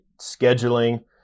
Scheduling